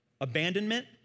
Abandonment